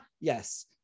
Yes